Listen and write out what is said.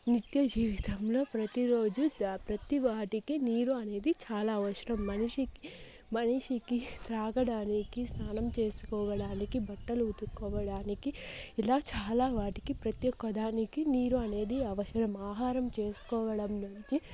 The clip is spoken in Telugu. నిత్య జీవితంలో ప్రతిరోజు ప్రతివాటికి నీరు అనేది చాలా అవసరం మనిషి మనిషికి త్రాగడానికి స్నానం చేసుకోవడానికి బట్టలు ఉతుక్కోవడానికి ఇలా చాలా వాటికి ప్రతి ఒక్కదానికి నీరు అనేది అవసరం ఆహారం చేసుకోవడం నుంచి